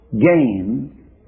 gain